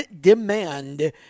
demand